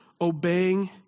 obeying